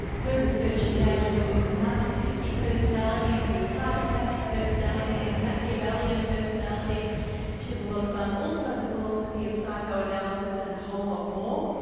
her research engages with narcissistic personalities, with psychopathic personalities, with machiavellian personalities she has a lot of fun. also the philosophy of psychoanalysis and a whole lot more.